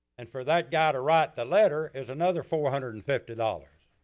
and for that guy to write the letter, is another four hundred and fifty dollars.